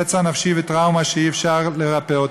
פצע נפשי וטראומה שאי-אפשר לרפא.